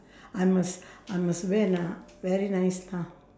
I must I must wear lah very nice lah